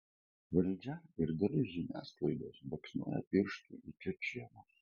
valdžia ir dalis žiniasklaidos baksnoja pirštu į čečėnus